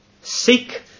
Seek